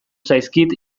zaizkit